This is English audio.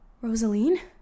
Rosaline